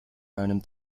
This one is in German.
einem